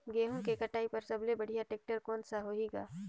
गहूं के कटाई पर सबले बढ़िया टेक्टर कोन सा होही ग?